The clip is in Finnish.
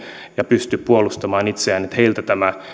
ja pysty puolustamaan itseään tämä